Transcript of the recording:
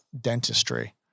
dentistry